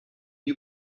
you